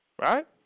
Right